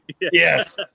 Yes